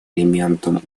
элементом